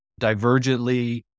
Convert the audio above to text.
divergently